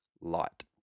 light